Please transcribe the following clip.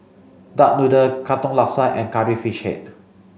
duck noodle Katong Laksa and curry fish head